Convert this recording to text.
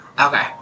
Okay